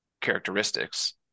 characteristics